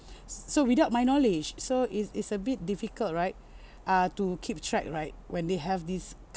so without my knowledge so is is a bit difficult right uh to keep track right when they have this